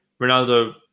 Ronaldo